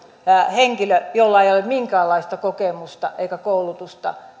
henkilö jolla ei ole minkäänlaista kokemusta eikä koulutusta